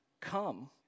come